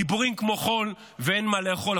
דיבורים כמו חול ואין מה לאכול.